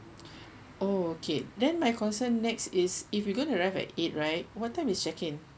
oh okay then my concern next is if we gonna arrive at eight right what time is check in